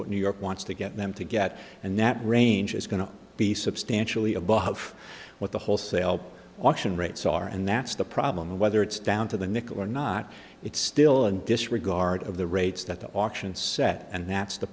what new york wants to get them to get and that range is going to be substantially above what the wholesale auction rates are and that's the problem whether it's down to the nickel or not it's still in disregard of the rates that the auction set and that's the